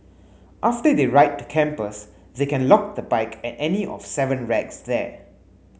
after they ride to campus they can lock the bike at any of seven racks there